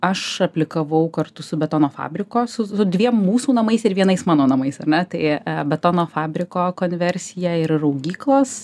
aš aplikavau kartu su betono fabriko su dviem mūsų namais ir vienais mano namais ar ne tai betono fabriko konversija ir raugyklos